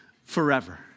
forever